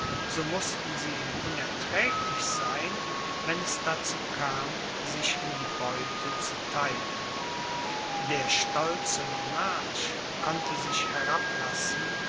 so mußten sie ihm unerträglich sein wenn es dazu kam sich in die beute zu theilen der stolze monarch konnte sich herablassen